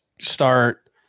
start